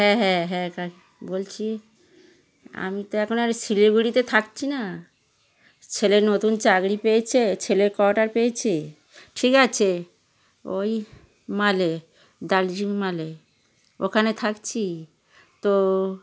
হ্যাঁ হ্যাঁ হ্যাঁ কা বলছি আমি তো এখন আর শিলিগুড়িতে থাকছি না ছেলে নতুন চাকরি পেয়েছে ছেলে কোয়াটার পেয়েছে ঠিক আছে ওই ম্যালে দার্জিলিং ম্যালে ওখানে থাকছি তো